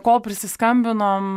kol prisiskambinom